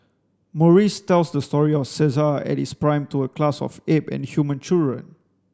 Maurice tells the story of Caesar at his prime to a class of ape and human children